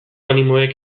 animoek